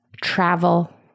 travel